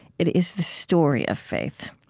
it is the story of faith.